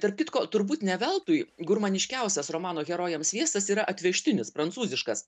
tarp kitko turbūt ne veltui gurmaniškiausias romano herojams sviestas yra atvežtinis prancūziškas